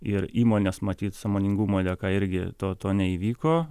ir įmonės matyt sąmoningumo dėka irgi to to neįvyko